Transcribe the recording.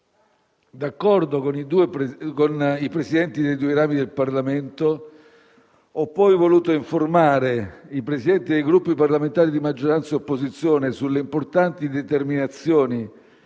D'accordo con i Presidenti dei due rami del Parlamento, ho poi voluto informare i Presidenti dei Gruppi parlamentari di maggioranza e opposizione sulle importanti determinazioni